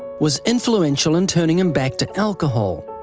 was influential in turning him back to alcohol.